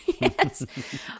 Yes